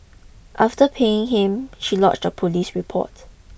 after paying him she lodged a police report